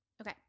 Okay